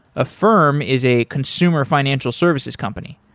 affirm is a consumer financial services company,